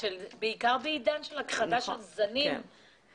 בעיקר בעידן של הכחדה של זנים רבים.